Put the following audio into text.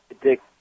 Dick